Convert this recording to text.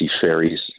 ferries